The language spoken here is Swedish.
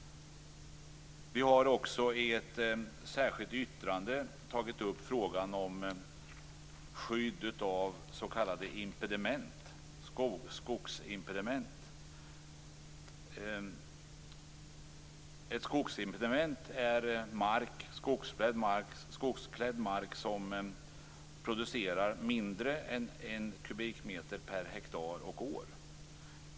I ett särskilt yttrande har vi tagit upp frågan om skydd av s.k. skogsimpediment. Ett skogsimpediment är skogsklädd mark som producerar mindre än en kubikmeter per hektar och år.